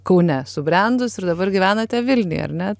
kaune subrendus ir dabar gyvenate vilniuje ar ne